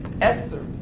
Esther